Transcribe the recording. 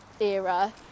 era